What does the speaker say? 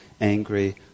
angry